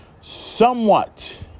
somewhat